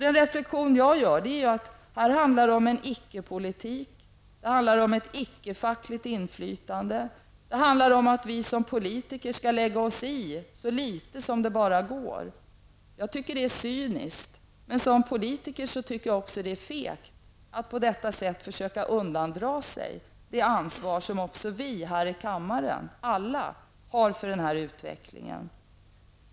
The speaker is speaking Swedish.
Min reflexion är att det handlar om en icke-politik och om ett icke-fackligt inflytande, om att vi som politiker skall lägga oss i så litet som det bara går. Jag tycker som politiker att det är cyniskt men också fegt att på detta sätt försöka undandra sig det ansvar som bl.a. alla vi här i kammaren har för denna utveckling.